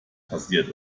passiert